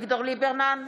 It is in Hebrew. אביגדור ליברמן,